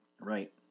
right